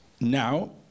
Now